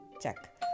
check